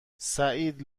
سعید